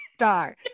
Star